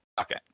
Okay